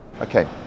Okay